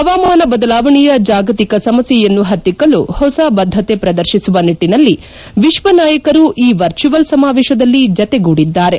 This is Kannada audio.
ಹವಾಮಾನ ಬದಲಾವಣೆಯ ಜಾಗತಿಕ ಸಮಸ್ಕೆಯನ್ನು ಪತ್ತಿಕ್ಷಲು ಹೊಸ ಬದ್ದತೆ ಪ್ರದರ್ತಿಸುವ ನಿಟ್ಟನಲ್ಲಿ ವಿಶ್ವ ನಾಯಕರು ಈ ವರ್ಚುವಲ್ ಸಮಾವೇತದಲ್ಲಿ ಜತೆಗೂಡಿದ್ದಾರೆ